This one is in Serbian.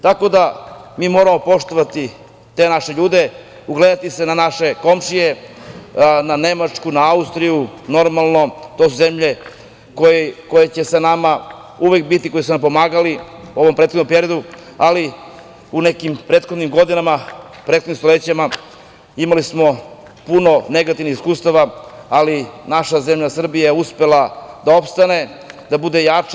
Tako da, mi moramo poštovati te naše ljude, ugledati se na naše komšije, na Nemačku, na Austriju, normalno, to su zemlje koje će sa nama uvek biti, koje su nam pomagale u prethodnom periodu, ali u prethodnim stolećima, prethodnim godinama imali smo puno negativnih iskustava, ali naša zemlja Srbija je uspela da ostane, da ojača.